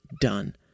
done